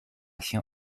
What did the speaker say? się